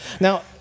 Now